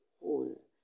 whole